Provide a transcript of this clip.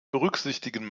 berücksichtigen